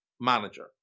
manager